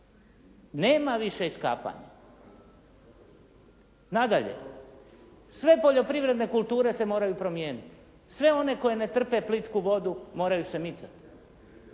Nema više iskapanja. Nadalje sve poljoprivredne kulture se moraju promijeniti. Sve one koje ne trpe plitku vodu moraju se micati.